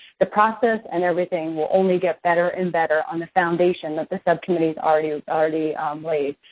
the process and everything will only get better and better on the foundation that the subcommittees already already um laid.